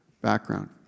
background